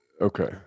Okay